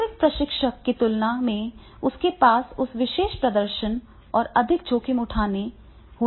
आंतरिक प्रशिक्षक की तुलना में उसके पास उस विशेष प्रदर्शन और अधिक जोखिम होने की उम्मीद है